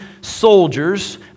soldiers